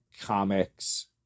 comics